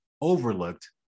overlooked